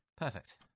Perfect